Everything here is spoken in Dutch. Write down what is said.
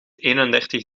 eenendertig